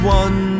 one